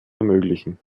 ermöglichen